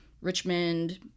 Richmond